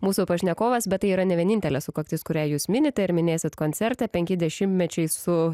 mūsų pašnekovas bet tai yra ne vienintelė sukaktis kurią jūs minite ir minėsit koncertą penki dešimtmečiai su